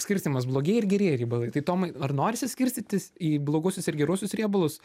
skirstymas blogieji ir gerieji riebalai tai tomai ar norisi skirstytis į bloguosius ir geruosius riebalus